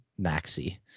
Maxi